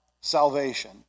salvation